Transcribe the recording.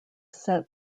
set